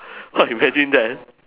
!wah! imagine that